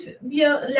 wir